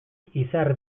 izar